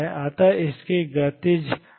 अतः इसकी गतिज ऊर्जा अधिक होती है